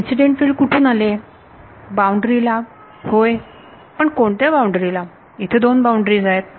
incident field कुठून येत आहे बाउंड्री ला होय पण कोणत्या बाउंड्री ला येथे दोन बाउंड्री आहेत